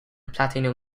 platinum